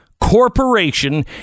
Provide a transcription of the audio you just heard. corporation